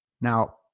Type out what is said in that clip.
Now